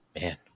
Man